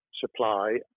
supply